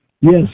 Yes